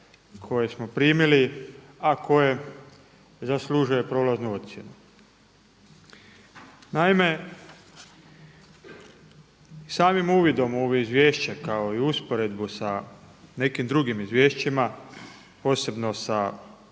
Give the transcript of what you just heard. koje smo primili, a koje zaslužuje prolaznu ocjenu. Naime, samim uvidom u ovo izvješće kao i usporedbu sa nekim drugim izvješćima posebno sa